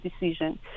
decision